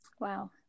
Wow